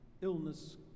Illness